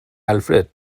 alfred